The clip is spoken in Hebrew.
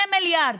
2 מיליארד.